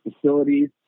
facilities